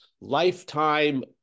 lifetime